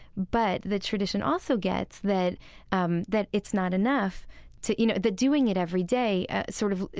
but the tradition also gets that um that it's not enough to, you know, that doing it every day sort of,